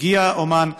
מגיע אומן,